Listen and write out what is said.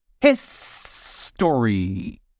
history